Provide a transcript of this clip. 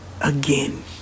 again